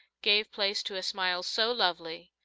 gave place to a smile so lovely,